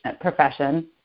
profession